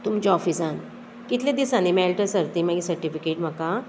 तुमच्या ऑफिसान कितले दिसांनी मेळटा सर ती मागीर सर्टिफिकेट म्हाका